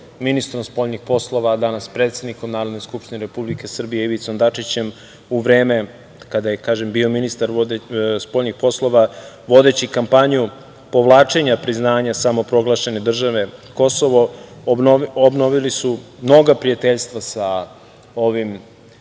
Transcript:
ministrom spoljnih poslova, a danas predsednikom Narodne skupštine Republike Srbije Ivicom Dačićem u vreme kada je bio ministar spoljnih poslova, vodeći kampanju povlačenja priznanja samoproglašene države Kosovo obnovio je mnoga prijateljstva sa ovim